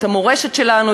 את המורשת שלנו,